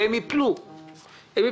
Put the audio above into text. והם יפלו לחלוטין.